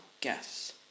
guess